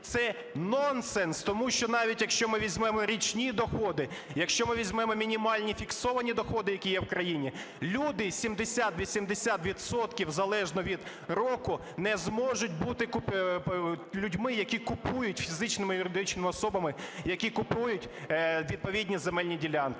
Це нонсенс, тому що навіть, якщо ми візьмемо річні доходи, якщо ми візьмемо мінімальні фіксовані доходи, які є в країні, люди 70-80 відсотків залежно від року не зможуть бути людьми, які купують, фізичними, юридичними особами, які купують відповідні земельні ділянки.